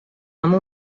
amb